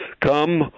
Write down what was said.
Come